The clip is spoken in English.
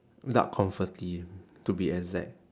duck confit to be exact